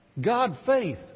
God-faith